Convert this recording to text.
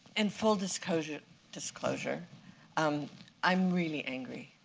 and full disclosure disclosure um i'm really angry.